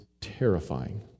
terrifying